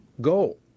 goal